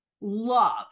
love